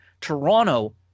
Toronto